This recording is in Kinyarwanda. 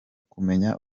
kumenya